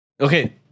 Okay